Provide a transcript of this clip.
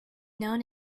known